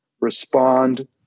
respond